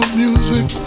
music